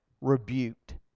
rebuked